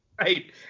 right